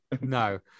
No